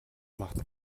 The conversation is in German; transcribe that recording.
macht